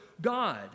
God